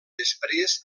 després